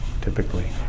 typically